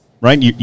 right